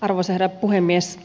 arvoisa herra puhemies